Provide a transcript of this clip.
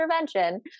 intervention